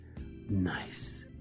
Nice